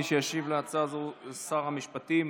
מי שישיב על הצעה זו הוא שר המשפטים